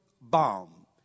bomb